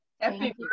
Happy